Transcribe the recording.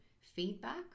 feedback